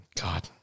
God